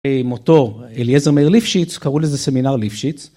אי מוטור אליעזר מאיר ליפשיץ, קראו לזה סמינר ליפשיץ.